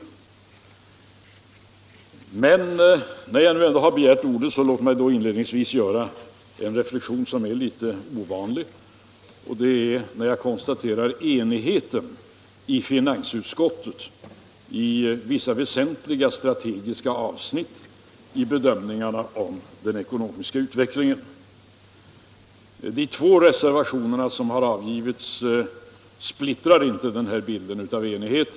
När jag nu ändå har begärt ordet vill jag inledningsvis göra en litet ovanlig reflexion. Jag konstaterar nämligen enigheten i finansutskottet i vissa väsentliga strategiska avsnitt när det gäller bedömningen av den ekonomiska utvecklingen. De två reservationer som avgivits splittrar inte denna bild av enighet.